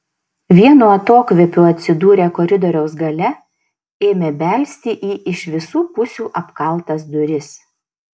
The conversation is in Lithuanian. vienu atokvėpiu atsidūrę koridoriaus gale ėmė belsti į iš visų pusių apkaltas duris